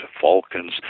falcons